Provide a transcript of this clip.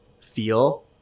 feel